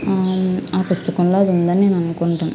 ఆ పుస్తకంలో అది ఉందని నేను అనుకుంటున్నా